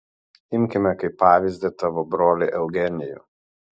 imkime kaip pavyzdį tavo brolį eugenijų